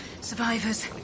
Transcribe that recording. Survivors